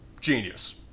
Genius